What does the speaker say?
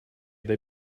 they